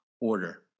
order